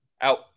Out